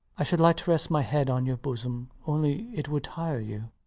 i should like to rest my head on your bosom only it would tire you.